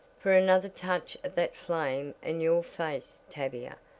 for another touch of that flame and your face, tavia,